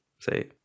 say